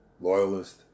loyalist